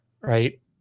right